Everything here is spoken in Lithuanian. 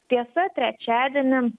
tiesa trečiadienį